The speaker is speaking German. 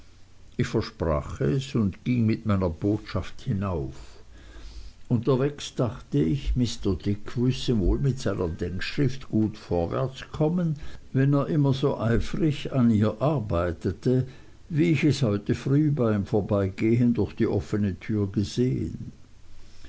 ich versprach es und ging mit meiner botschaft hinauf unterwegs dachte ich mr dick müßte wohl mit seiner denkschrift gut vorwärts kommen wenn er immer so eifrig an ihr arbeitete wie ich es heute früh beim vorbeigehen durch die offne tür gesehen